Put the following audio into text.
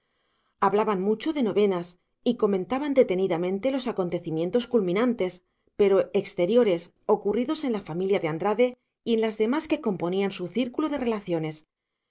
hablaban mucho de novenas y comentaban detenidamente los acontecimientos culminantes pero exteriores ocurridos en la familia de andrade y en las demás que componían su círculo de relaciones